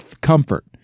comfort